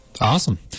awesome